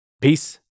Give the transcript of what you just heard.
Peace